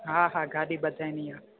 हा हा गाॾी ॿधाइणी आहे